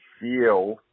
feel